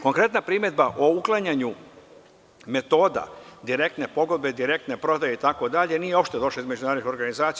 Konkretna primedba o uklanjanju metoda direktne pogodbe, direktne prodaje itd, nije uopšte došlo između narodnih organizacija.